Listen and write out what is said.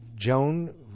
Joan